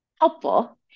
helpful